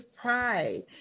pride